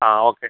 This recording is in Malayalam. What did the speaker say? ആ ഓക്കെ